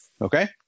Okay